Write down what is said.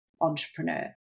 entrepreneur